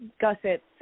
gussets